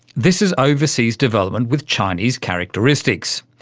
this is overseas development with chinese characteristics.